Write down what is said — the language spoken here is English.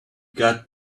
got